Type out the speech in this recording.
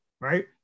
right